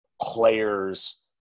players